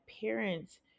parents